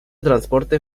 transporte